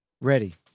Ready